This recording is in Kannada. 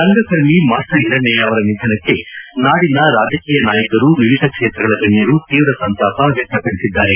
ರಂಗಕರ್ಮಿ ಮಾಸ್ಟರ್ ಹಿರಣ್ಣಯ್ಕ ಅವರ ನಿಧನಕ್ಕೆ ನಾಡಿನ ರಾಜಕೀಯ ನಾಯಕರು ವಿವಿಧ ಕ್ಷೇತ್ರಗಳ ಗಣ್ಧರು ತೀವ್ರ ಸಂತಾಪ ಸೂಚಿಸಿದ್ದಾರೆ